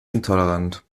intolerant